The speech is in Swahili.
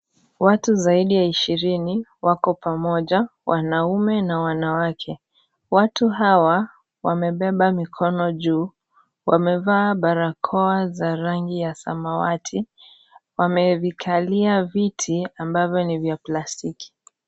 Watu zaidi ya ishirini wako pamoja, wanaume na wanawake. Watu hawa wamebeba mikono juu, wamevaa barakoa za rangi ya samawati. Wamevikalia viti ambavyo ni vya plastiki.